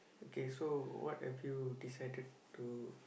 okay so what have you decided to